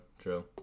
true